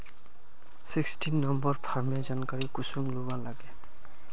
Sixteen number farmer जानकारी कुंसम लुबा लागे?